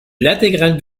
latéral